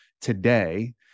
today